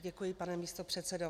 Děkuji, pane místopředsedo.